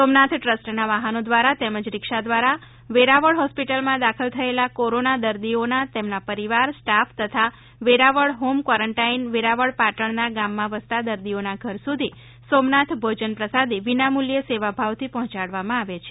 સોમનાથ ટ્રસ્ટના વાહનો દ્વારા તેમજ રીક્ષા દ્વારા વેરાવળ હોસ્પિટલમાં દાખલ થયેલા કોરોના દર્દીઓ તેના પરિવાર સ્ટાફ તથા વેરાવળ હોમ ક્વોરન્ટાઇન વેરાવળ પાટણ ના ગામમાં વસતા દર્દીઓના ઘર સુધી સોમનાથ ભોજન પ્રસાદી વિનામુલ્યે સેવાભાવથી પહોંચાડવામાં આવે છે